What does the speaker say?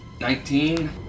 Nineteen